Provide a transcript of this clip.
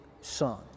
Son